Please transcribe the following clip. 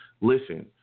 listen